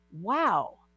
wow